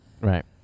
Right